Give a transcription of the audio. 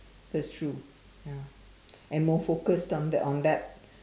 that's true ya and more focused on the on that